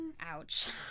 ouch